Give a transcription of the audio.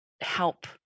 help